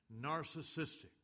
narcissistic